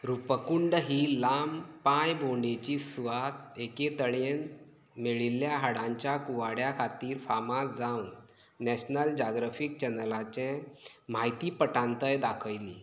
रूपकुंड ही लांब पांयभोवंडेची सुवात एके तळयेंत मेळिल्ल्या हाडांच्या कुवाड्या खातीर फामाद जावन नॅशनल जोग्राफीक चॅनलाचे म्हायतीपटांतय दाखयली